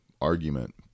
argument